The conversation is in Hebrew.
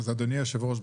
אדוני היושב-ראש,